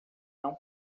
não